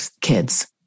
kids